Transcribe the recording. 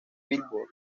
billboard